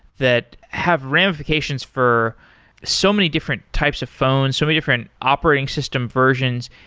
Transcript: that have ramifications for so many different types of phones, so many different operating system versions,